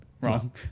wrong